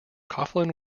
coughlin